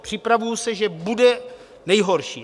Připravuji se, že bude nejhorší.